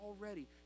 already